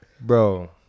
Bro